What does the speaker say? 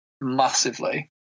massively